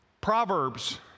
Proverbs